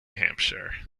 hampshire